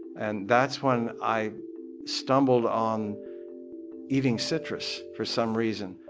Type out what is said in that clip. and that's when i stumbled on eating citrus. for some reason,